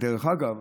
ודרך אגב,